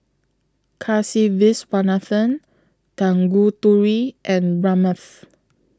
Kasiviswanathan Tanguturi and Ramnath